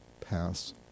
pass